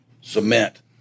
cement